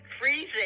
Freezing